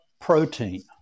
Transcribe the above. protein